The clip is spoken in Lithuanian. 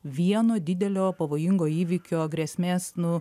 vieno didelio pavojingo įvykio grėsmės nu